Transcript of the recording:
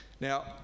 Now